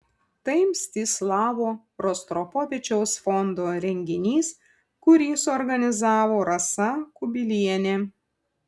tai mstislavo rostropovičiaus fondo renginys kurį suorganizavo rasa kubilienė